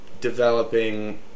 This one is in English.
developing